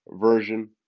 version